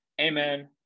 amen